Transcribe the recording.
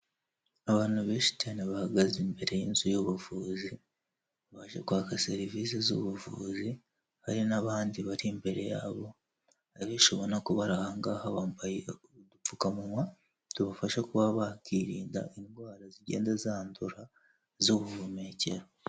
Abantu benshi cyane bahagaze imbere y'inzu y'ubuvuzi, baje kwaka serivisi z'ubuvuzi, hari n'abandi bari imbere yabo; abenshi ubona ko bari ahangaha hobora kubaha bambaye udupfukamunwa tubafasha kuba bakirinda indwara zigenda zandura z'ubuhumekero